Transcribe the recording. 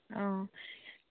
অঁ